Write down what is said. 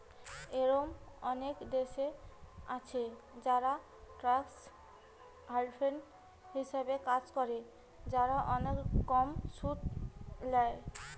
এরোম অনেক দেশ আছে যারা ট্যাক্স হ্যাভেন হিসাবে কাজ করে, যারা অনেক কম সুদ ল্যায়